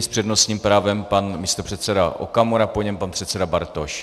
S přednostním právem pan místopředseda Okamura, po něm pan předseda Bartoš.